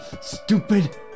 stupid